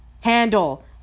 handle